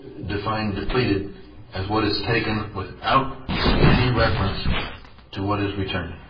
define depleted as what is taken without any reference to what is returned?